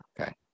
Okay